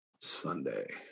Sunday